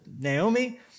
Naomi